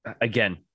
again